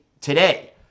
today